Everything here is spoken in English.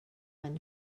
when